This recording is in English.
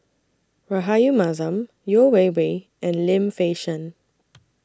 Rahayu Mahzam Yeo Wei Wei and Lim Fei Shen